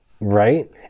right